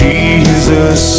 Jesus